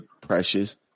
Precious